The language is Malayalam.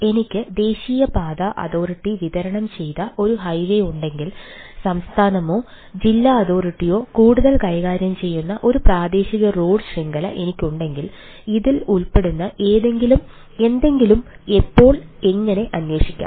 എനിക്ക് ദേശീയപാത അതോറിറ്റി വിതരണം ചെയ്യുന്ന ഒരു ഹൈവേ ഉണ്ടെങ്കിൽ സംസ്ഥാനമോ ജില്ലാ അതോറിറ്റിയോ കൂടുതൽ കൈകാര്യം ചെയ്യുന്ന ഒരു പ്രാദേശിക റോഡ് ശൃംഖല എനിക്കുണ്ടെങ്കിൽ ഇതിൽ ഉൾപ്പെടുന്ന എന്തെങ്കിലും ഇപ്പോൾ എങ്ങനെ അന്വേഷിക്കാം